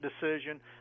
decision